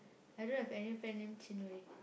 I don't have any friend name Chin-Wei